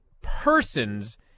person's